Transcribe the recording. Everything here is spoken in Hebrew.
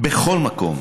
בכל מקום